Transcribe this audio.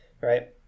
right